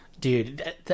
Dude